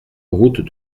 route